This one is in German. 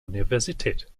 universität